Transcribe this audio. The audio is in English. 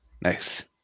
Nice